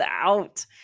out